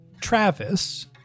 Travis